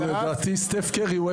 מה